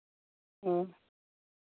ᱚ